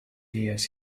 years